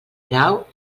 grau